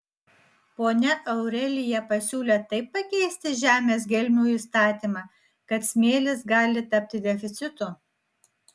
ponia aurelija pasiūlė taip pakeisti žemės gelmių įstatymą kad smėlis gali tapti deficitu